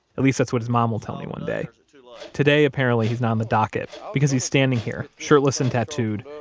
at least that's what his mom will tell me one day. today, apparently, he's not on the docket, because he's standing here, shirtless and tattooed,